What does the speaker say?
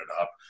up